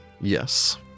Yes